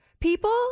People